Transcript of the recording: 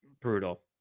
Brutal